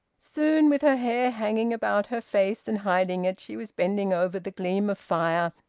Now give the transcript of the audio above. soon with her hair hanging about her face and hiding it, she was bending over the gleam of fire,